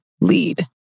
lead